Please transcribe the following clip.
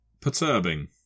perturbing